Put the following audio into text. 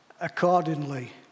accordingly